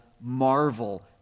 marvel